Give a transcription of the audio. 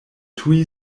tuj